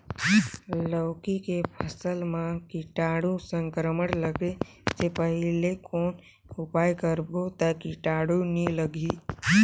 लौकी के फसल मां कीटाणु संक्रमण लगे से पहले कौन उपाय करबो ता कीटाणु नी लगही?